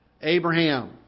Abraham